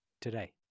today